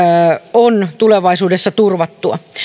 on tulevaisuudessa turvattua